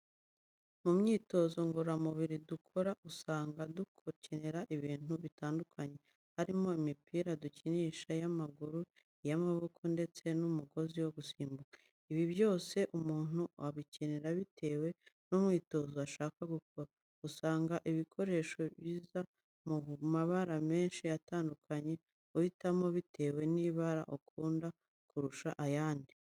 Mu myitoza ngororamubiri dukora, usanga dukenera ibintu bitandukanye, harimo imipira dukinisha y'amaguru, iy'amaboko, ndetse n'umugozi wo gusimbuka. Ibi byose umuntu abikenera bitewe n'umwitozo ashaka gukora. Usanga ibikoresho biza mu mabara menshi atandukanye, uhitamo bitewe n'ibara ukunda kurusha ayandi.